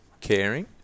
caring